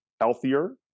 healthier